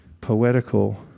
poetical